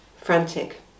frantic